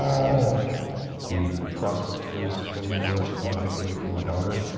ah the prospect of spending the rest of my life away from my daughter,